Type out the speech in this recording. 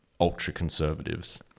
ultra-conservatives